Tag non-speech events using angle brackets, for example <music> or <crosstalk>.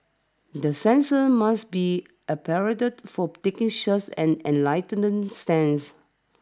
the censors must be <unintelligible> to for taking such an enlightened stance